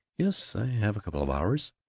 yes. i have a couple of hours.